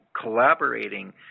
collaborating